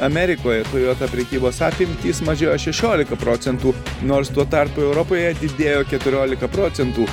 amerikoje toyota prekybos apimtys mažėjo šešiolika procentų nors tuo tarpu europoje didėjo keturiolika procentų